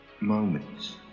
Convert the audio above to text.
moments